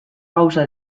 gauza